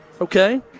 Okay